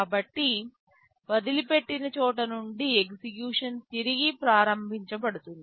కాబట్టి వదిలిపెట్టిన చోట నుండి ఎగ్జిక్యూషన్ తిరిగి ప్రారంభించబడుతుంది